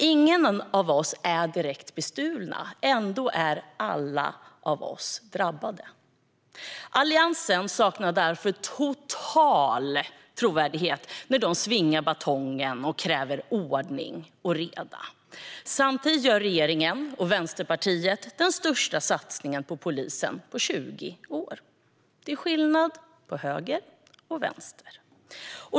Ingen av oss är direkt bestulen; ändå är vi alla drabbade. Alliansen saknar därför totalt trovärdighet när de svingar batongen och kräver ordning och reda. Samtidigt gör regeringen och Vänsterpartiet den största satsningen på polisen på 20 år. Det är skillnad på höger och vänster.